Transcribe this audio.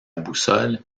boussole